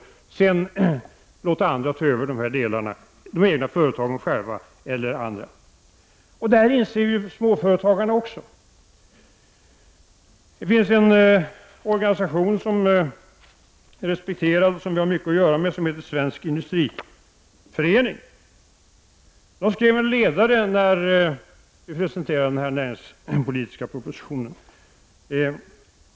Därefter får andra ta över, själva företaget eller andra. Detta inser också småföretagarna. Svensk Industriförening, en respekterad organisation som vi har mycket att göra med, skrev genom sin verkställande direktör Sven Langenius en ledare när vi presenterade den näringspolitiska propositionen.